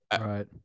right